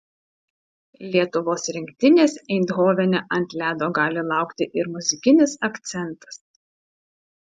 lietuvos rinktinės eindhovene ant ledo gali laukti ir muzikinis akcentas